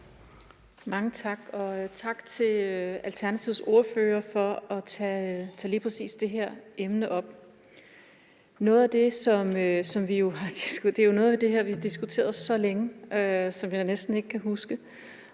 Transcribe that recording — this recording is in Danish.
Mange tak, og tak til Alternativets ordfører for at tage lige præcis det her emne op. Noget af det her har vi diskuteret så længe, at jeg næsten ikke kan huske